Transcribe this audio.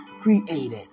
created